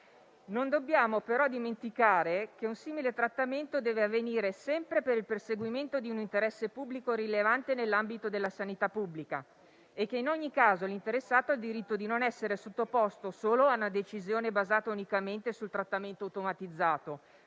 Non dobbiamo però dimenticare che un simile trattamento deve avvenire sempre per il perseguimento di un interesse pubblico rilevante nell'ambito della sanità pubblica e che in ogni caso l'interessato ha il diritto di non essere sottoposto solo a una decisione basata unicamente sul trattamento automatizzato